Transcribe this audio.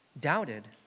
Doubted